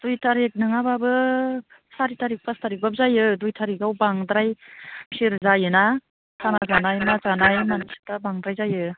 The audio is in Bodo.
दुइ थारिख नङाबाबो सारि थारिख फास थारिखबाबो जायो दुइ थारिखआव बांद्राय भिर जायो ना खाना जानाय मा जानाय मानसिफोरा बांद्राय जायो